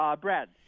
Brad